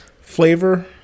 flavor